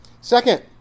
Second